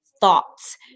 thoughts